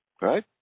right